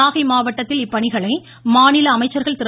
நாகை மாவட்டத்தில் இப்பணிகளை மாநில அமைச்சர்கள் திரு